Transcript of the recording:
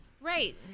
Right